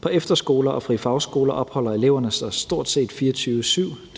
På efterskoler og frie fagskoler opholder eleverne sig stort set 24-7.